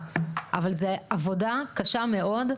יהיו פה מספר דיונים חשובים בהיבטים שונים.